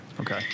Okay